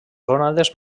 gònades